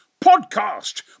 Podcast